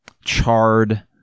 charred